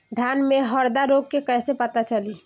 धान में हरदा रोग के कैसे पता चली?